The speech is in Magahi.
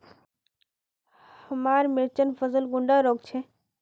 हमार मिर्चन फसल कुंडा रोग छै?